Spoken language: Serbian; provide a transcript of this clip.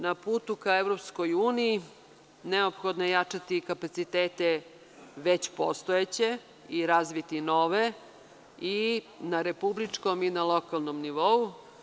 Na putu ka EU neophodno je jačati kapacitete već postojeće i razviti nove i na republičkom i na lokalnom nivou.